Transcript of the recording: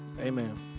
Amen